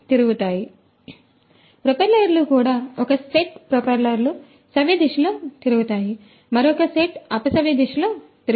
కాబట్టి ప్రొపెల్లర్లు కూడా ఒక సెట్ ప్రొపెల్లర్లు సవ్యదిశలో తిరుగుతాయి మరొక సెట్ అపసవ్య దిశలో తిరుగుతుంది